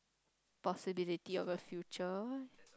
possibility of a future